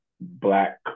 black